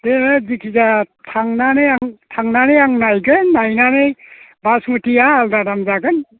दे जिखिजाया थांनानै आं नायगोन नायनानै बासमुतिया आलादा दाम जागोन